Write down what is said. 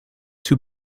too